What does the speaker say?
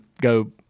go –